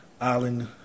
island